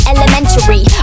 Elementary